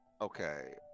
Okay